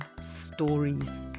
stories